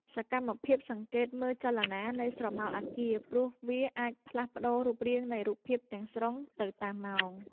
សកម្មភាពសង្កេតមើលចលនានៃស្រមោលអាគារ ព្រោះវាអាចផ្លាស់ប្តូររូបរាងនៃរូបភាពទាំងស្រុងទៅតាមម៉ោង។